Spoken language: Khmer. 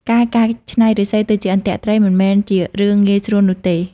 ការកែច្នៃឫស្សីទៅជាអន្ទាក់ត្រីមិនមែនជារឿងងាយស្រួលនោះទេ។